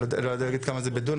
אני לא יודע להגיד כמה זה בדונם,